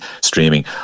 streaming